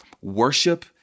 worship